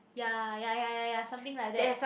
ya ya ya ya ya something like that